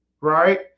right